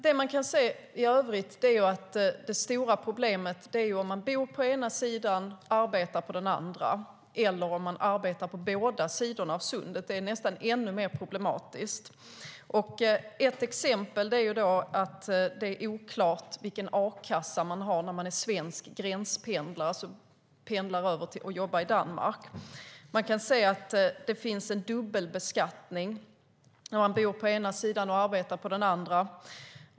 Det man kan se i övrigt är att det stora problemet är om man bor på ena sidan och arbetar på den andra eller om man arbetar på båda sidor av sundet - det är nästan ännu mer problematiskt. Ett exempel är att det är oklart vilken a-kassa man har när man är svensk gränspendlare, alltså pendlar till Danmark för att jobba. Det finns en dubbelbeskattning när man bor på ena sidan och arbetar på den andra.